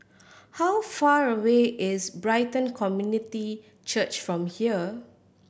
how far away is Brighton Community Church from here